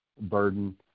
burden